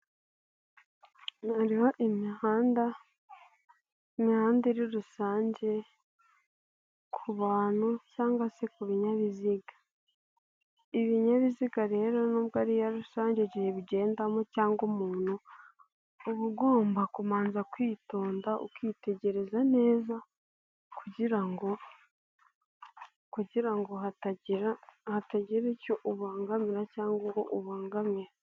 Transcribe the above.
Hariho imihanda, imihanda iri rusange ku bantu cyangwa se ku ibinyabiziga, ibinyabiziga rero nubwo ari iya rusange igihe bigendamo cyangwa umuntu, uba ugomba kubanza kwitonda ukitegereza neza kugirango kugirango ngo hatagira hatagira icyo ubangamira cyangwa ngo ubogamira.